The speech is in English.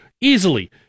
easily